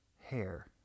hair